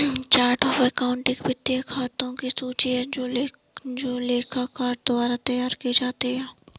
chart of account एक वित्तीय खातों की सूची है जो लेखाकार द्वारा तैयार की जाती है